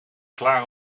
klaar